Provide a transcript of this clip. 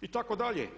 itd.